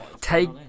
Take